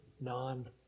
non